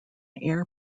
air